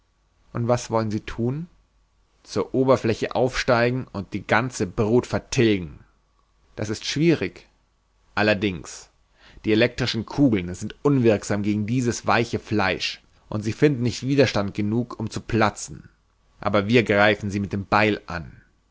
und was wollen sie thun zur oberfläche aufsteigen und die ganze brut vertilgen das ist schwierig allerdings die elektrischen kugeln sind unwirksam gegen dieses weiche fleisch und sie finden nicht widerstand genug um zu platzen aber wir greifen sie mit dem beil an